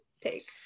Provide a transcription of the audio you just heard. take